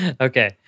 Okay